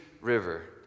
River